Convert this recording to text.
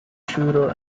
shooter